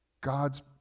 God's